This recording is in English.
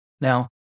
Now